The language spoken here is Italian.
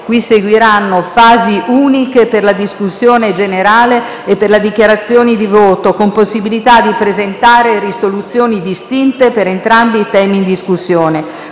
cui seguiranno fasi uniche per la discussione e per le dichiarazioni di voto, con possibilità di presentare risoluzioni distinte per entrambi i temi in discussione.